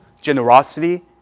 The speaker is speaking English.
generosity